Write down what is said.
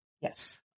yes